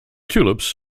tulips